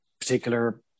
particular